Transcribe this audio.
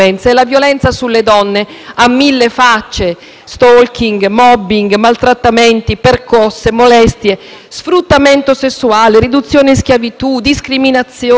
*stalking*, *mobbing*, maltrattamenti, percosse, molestie, sfruttamento sessuale, riduzione in schiavitù, discriminazione, coercizione, menomazione,